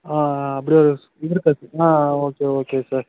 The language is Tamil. ஆ ஆ அப்படியா இருக்கா ஆ ஆ ஓகே ஓகே சார்